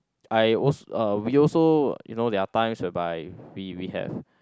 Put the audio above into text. I als~ uh we also you know there are times whereby we we have